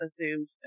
assumed